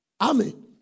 Amen